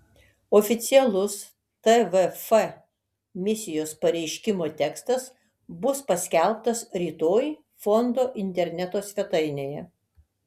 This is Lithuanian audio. oficialus tvf misijos pareiškimo tekstas bus paskelbtas rytoj fondo interneto svetainėje